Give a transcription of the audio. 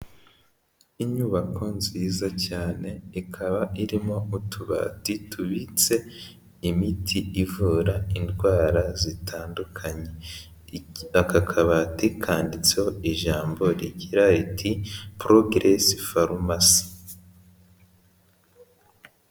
Inyubako nziza cyane ikaba irimo utubati tubitse imiti ivura indwara zitandukanye, aka kabati kanditseho ijambo rigira iti porogiresi farumasi.